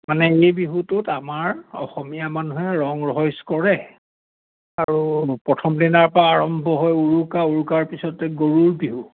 মানে এই বিহুটোত আমাৰ অসমীয়া মানুহে ৰং ৰহইচ কৰে আৰু প্ৰথম দিনাৰ পৰা আৰম্ভ হৈ উৰুকা উৰুকাৰ পিছতে গৰুৰ বিহু